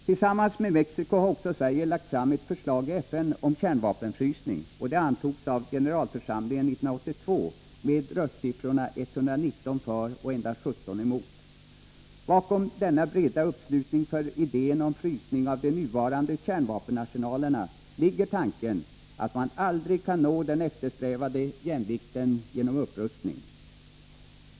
Tillsammans med Mexico har också Sverige lagt fram ett förslag i FN om kärnvapenfrysning, och det antogs av generalförsamlingen 1982 med röstsiffrorna 119 för och endast 17 emot. Bakom denna breda uppslutning för idén om en frysning av de nuvarande kärnvapenarsenalerna ligger tanken att man aldrig kan nå den eftersträvade jämvikten genom upprustning.